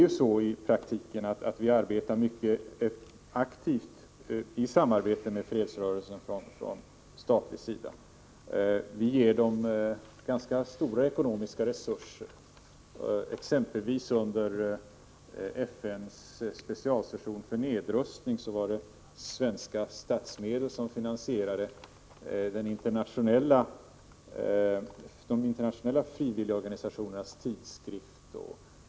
I praktiken har vi från statlig sida ett mycket aktivt samarbete med fredsrörelsen. Vi ger den ganska stora ekonomiska resurser. Under FN:s specialsession för nedrustning var det exempelvis svenska statsmedel som finansierade de internationella frivilliga organisationernas tidskrift.